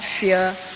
fear